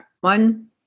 One